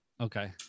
Okay